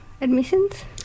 admissions